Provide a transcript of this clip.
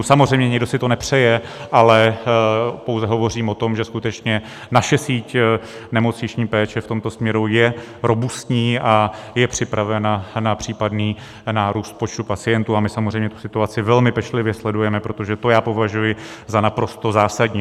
Samozřejmě nikdo si to nepřeje, ale pouze hovořím o tom, že skutečně naše síť nemocniční péče v tomto směru je robustní a je připravena na případný nárůst počtu pacientů, a my samozřejmě situaci velmi pečlivě sledujeme, protože to považuji za naprosto zásadní.